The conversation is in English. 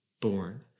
born